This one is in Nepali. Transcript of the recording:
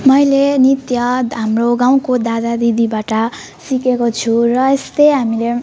मैले नृत्य हाम्रो गाउँको दादा दिदीबाट सिकेको छु र यस्तै हामीले